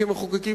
כמחוקקים,